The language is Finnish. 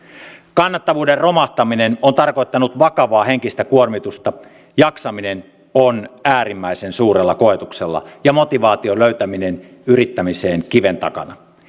kannattavuuden romahtaminen on tarkoittanut vakavaa henkistä kuormitusta jaksaminen on äärimmäisen suurella koetuksella ja motivaation löytäminen yrittämiseen kiven takana